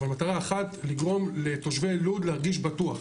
אבל מטרה אחת לגרום לתושבי לוד להרגיש בטוח.